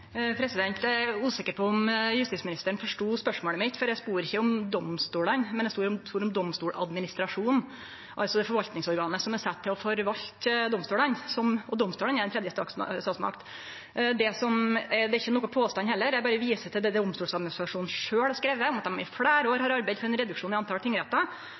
Eg er usikker på om justisministeren forstod spørsmålet mitt, for eg spurde ikkje om domstolane, eg spurde om Domstoladministrasjonen, altså det forvaltningsorganet som er sett til å forvalte domstolane, og domstolane er den tredje statsmakt. Det er ikkje nokon påstand heller, eg berre viser til det Domstoladministrasjonen sjølv har skrive om at dei i fleire år har arbeidd for ein reduksjon i talet på tingrettar,